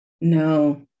No